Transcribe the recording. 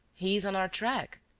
he is on our track.